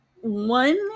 One